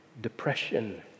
depression